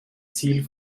ziel